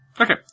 Okay